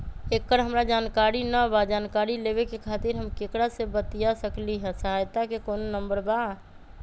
एकर हमरा जानकारी न बा जानकारी लेवे के खातिर हम केकरा से बातिया सकली ह सहायता के कोनो नंबर बा?